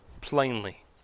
plainly